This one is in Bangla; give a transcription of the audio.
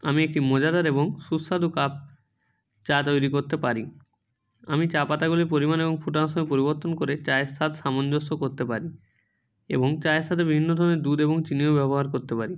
আমি একটি মজাদার এবং সুস্বাদু কাপ চা তৈরি করতে পারি আমি চা পাতাগুলির পরিমাণ এবং ফুটানোর সময় পরিবর্তন করে চায়ের স্বাদ সামঞ্জস্য করতে পারি এবং চায়ের সাথে বিভিন্ন ধরনের দুধ এবং চিনিও ব্যবহার করতে পারি